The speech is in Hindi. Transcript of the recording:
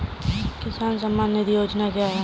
किसान सम्मान निधि योजना क्या है?